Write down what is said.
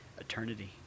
eternity